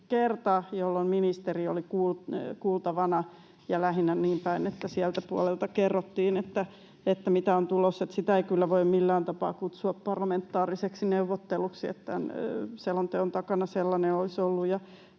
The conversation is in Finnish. jolloin ministeri oli kuultavana ja lähinnä niinpäin, että siltä puolelta kerrottiin, mitä on tulossa. Sitä ei kyllä voi millään tapaa kutsua parlamentaariseksi neuvotteluksi, että tämän selonteon takana sellainen olisi ollut.